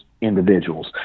individuals